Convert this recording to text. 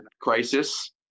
crisis